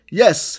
yes